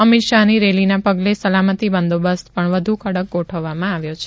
અમિત શાહની રેલીના પગલે સલામતિ બંદોબસ્ત પણ વધુ કડક ગોઠવવામાં આવ્યો છે